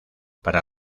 para